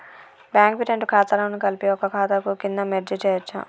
Bank వి రెండు ఖాతాలను కలిపి ఒక ఖాతా కింద మెర్జ్ చేయచ్చా?